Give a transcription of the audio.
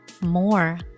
more